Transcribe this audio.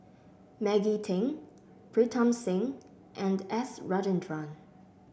Maggie Teng Pritam Singh and S Rajendran